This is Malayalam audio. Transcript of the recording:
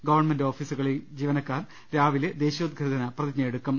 ഗവൺമെന്റ് ഓഫീസുകളിൽ ജീവനക്കാർ രാവിലെ ദേശീയോദ്ഗ്രഥന പ്രതിജ്ഞയെടുക്കും